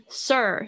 sir